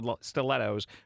stilettos